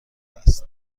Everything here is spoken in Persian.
است